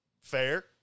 fair